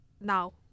now